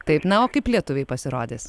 taip na o kaip lietuviai pasirodys